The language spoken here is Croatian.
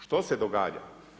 Što se događa?